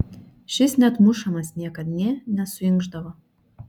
šis net mušamas niekad nė nesuinkšdavo